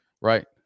right